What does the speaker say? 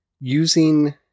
using